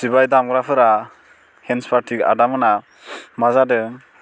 सिबाय दामग्राफोरा हेनस पार्टि आदामोनहा मा जादों